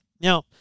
Now